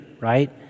right